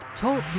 TALK